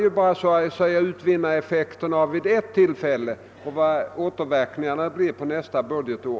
Däremot är det svårt att i dag ha någon mening om återverkningarna under nästa budgetår.